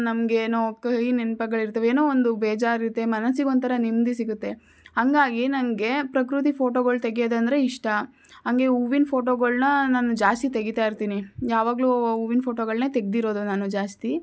ನಮಗೇನೋ ಕಹಿ ನೆನ್ಪುಗಳಿರ್ತವೆ ಏನೋ ಒಂದು ಬೇಜಾರು ಇರತ್ತೆ ಮನಸ್ಸಿಗೊಂಥರ ನೆಮ್ಮದಿ ಸಿಗುತ್ತೆ ಹಾಗಾಗಿ ನನಗೆ ಪ್ರಕೃತಿ ಫೋಟೋಗಳು ತೆಗ್ಯೋದಂದ್ರೆ ಇಷ್ಟ ಹಂಗೆ ಹೂವಿನ ಫೋಟೋಗಳ್ನ ನಾನು ಜಾಸ್ತಿ ತೆಗೀತಾ ಇರ್ತೀನಿ ಯಾವಾಗಲೂ ಹೂವಿನ ಫೋಟೋಗಳನ್ನೇ ತೆಗೆದಿರೋದು ನಾನು ಜಾಸ್ತಿ